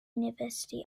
university